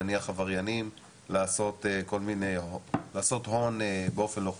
נניח עבריינים לעשות הון באופן לא חוקי.